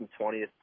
20th